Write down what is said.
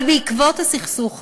אבל בעקבות הסכסוך הזה,